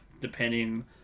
depending